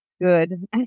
good